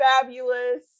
fabulous